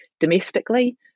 domestically